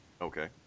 Okay